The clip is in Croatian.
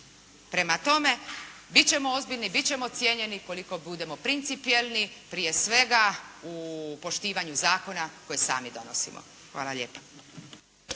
Prema tome, biti ćemo ozbiljni, biti ćemo cijenjeni koliko budemo principjelni prije svega u poštivanju zakona koje sami donosimo. Hvala lijepa.